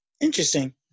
Interesting